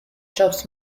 chops